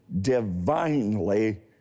divinely